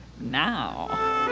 Now